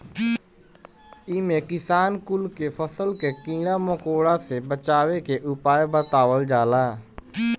इमे किसान कुल के फसल के कीड़ा मकोड़ा से बचावे के उपाय बतावल जाला